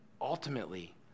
Ultimately